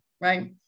Right